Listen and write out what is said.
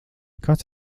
kāds